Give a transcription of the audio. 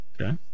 Okay